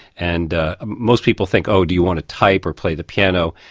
and most people think, oh, do you want to type or play the piano?